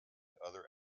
other